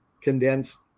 condensed